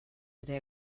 ere